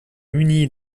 munie